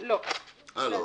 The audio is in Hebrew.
אחד התקנה אושרה.